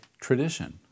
tradition